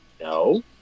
No